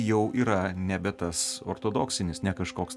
jau yra nebe tas ortodoksinis ne kažkoks